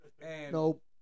Nope